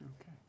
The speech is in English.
Okay